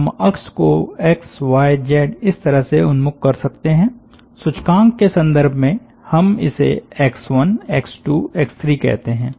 हम अक्ष को एक्स वाय जेड इस तरह से उन्मुख कर सकते हैं सूचकांक के संदर्भ में हम इसे एक्स1 एक्स2 एक्स3 कहते हैं